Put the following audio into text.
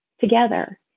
together